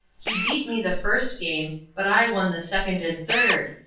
he beat me the first game, but i won the second and third,